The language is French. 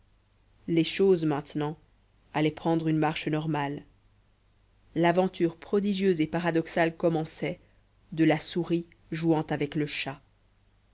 les choses maintenant allaient prendre une marche normale l'aventure prodigieuse et paradoxale commençait de la souris jouant avec le chat